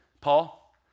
Paul